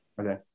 Okay